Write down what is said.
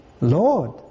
Lord